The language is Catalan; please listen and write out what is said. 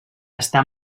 està